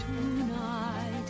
tonight